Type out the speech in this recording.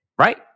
Right